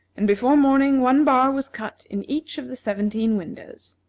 and before morning one bar was cut in each of the seventeen windows.